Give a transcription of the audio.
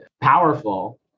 powerful